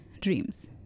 dreams